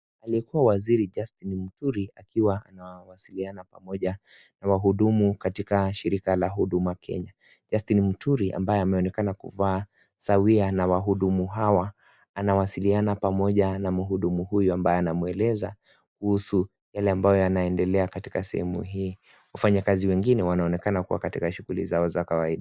Aliyekua waziri, Justin Muturi, akiwa anawasiliana pamoja na wahudumu katika shirika la huduma Kenya. Justin Muturi ambaye ameonekana kuvaa sawia na wahudumu hawa anawasiliana pamoja na mhudumu huyo ambaye anamweleza kuhusu yale ambayo yanaendelea katika sehemu hii. Wafanyikazi wengine wanaonekana kuwa katika shughuli zao za kawaida.